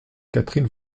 catherine